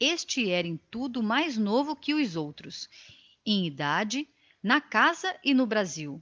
este era em tudo mais novo que os outros em idade na casa e no brasil